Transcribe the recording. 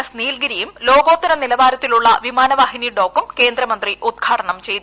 S നീൽഗിരിയും ലോകോത്തര നിലവാരത്തിലുള്ള വിമാനവാഹിനി ഡോക്കും കേന്ദ്ര മന്ത്രി ഉദ്ഘാടനം ചെയ്തു